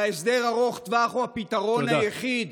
-- והסדר ארוך טווח הוא הפתרון היחיד.